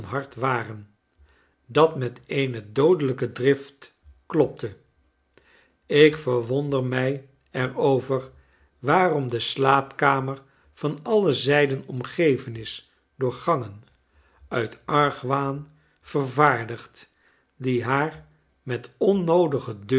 hart waren dat met eene doodelijke drift klopte ik verwonder mij er over waarom de slaapkamer van alle zijden omgeven is door gangen uit argwaan vervaardigd die haar met onnoodige